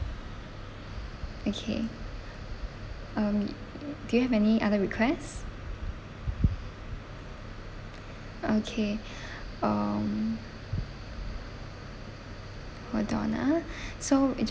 okay um do you have any other requests okay um hold on ah so I